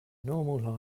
normal